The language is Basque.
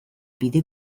bide